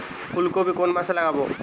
ফুলকপি কোন মাসে লাগাবো?